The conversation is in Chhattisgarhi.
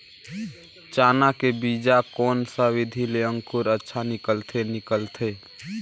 चाना के बीजा कोन सा विधि ले अंकुर अच्छा निकलथे निकलथे